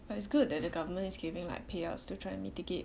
but it's good that the government is giving like pay us to try and mitigate